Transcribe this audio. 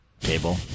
Cable